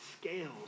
scales